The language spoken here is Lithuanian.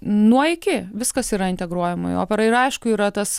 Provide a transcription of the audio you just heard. nuo iki viskas yra integruojama į operą ir aišku yra tas